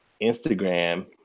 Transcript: Instagram